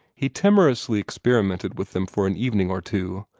he timorously experimented with them for an evening or two,